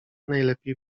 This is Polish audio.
najlepiej